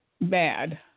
bad